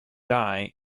dye